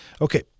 Okay